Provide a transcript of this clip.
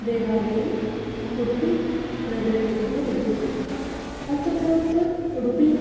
देवालयम् उडुपिनगरे एव विद्यते अत्र तावत् उडुपि